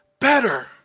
better